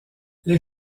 les